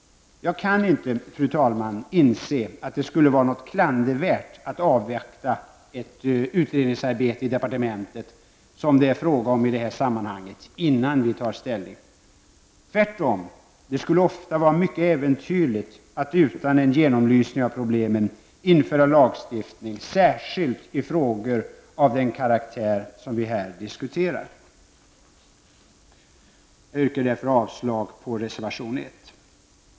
Jag kan inte inse att det skulle vara något klandervärt att avvakta ett utredningsarbete i departementet, som det är fråga om i det här sammanhanget, innan vi tar ställning. Tvärtom -- det skulle ofta vara mycket äventyrligt att utan en genomlysning av problemen införa lagstiftning, särskilt i frågor av den karaktär som vi här diskuterar. Jag yrkar därför avslag på reservation 1.